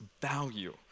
value